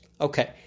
Okay